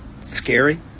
scary